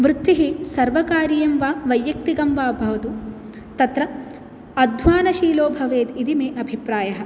वृत्ति सर्वकारीयं वा वैयक्तिकं वा भवतु तत्र अध्वानशीलो भवेत् इति मे अभिप्रायः